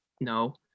no